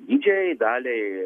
didžiajai daliai